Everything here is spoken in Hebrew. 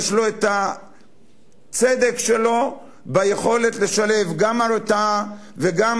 יש לו הצדק שלו ביכולת לשלב גם הרתעה וגם